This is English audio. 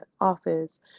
office